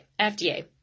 FDA